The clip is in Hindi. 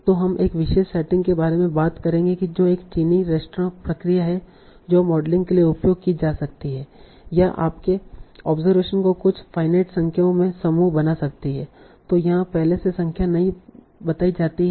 तो हम एक विशेष सेटिंग के बारे में बात करेंगे जो एक चीनी रेस्तरां प्रक्रिया है जो मॉडलिंग के लिए उपयोग की जा सकती है या आपके ऑब्जरवेशन को कुछ फाईनाईट संख्याओं में समूह बना सकती है तों जहाँ पहले से संख्या नहीं बताई जाती है